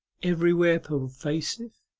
everywhere pervasive,